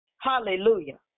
Hallelujah